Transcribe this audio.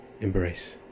embrace